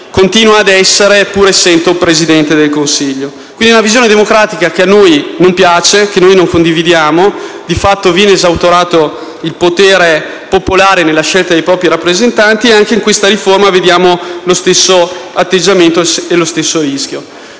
continua ad essere, pur essendo Presidente del Consiglio. Si tratta quindi di una visione democratica che a noi non piace e che non condividiamo: di fatto, viene esautorato il potere popolare di scelta dei propri rappresentanti e anche in questa scelta vediamo lo stesso atteggiamento e lo stesso rischio.